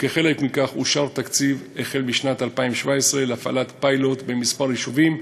וכחלק מכך אושר תקציב החל משנת 2017 להפעלת פיילוט בכמה יישובים.